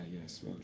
yes